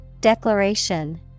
Declaration